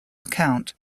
account